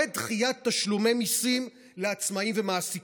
ודחיית תשלומי מיסים לעצמאים ומעסיקים.